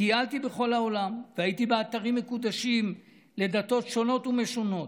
טיילתי בכל העולם והייתי באתרים מקודשים לדתות שונות ומשונות,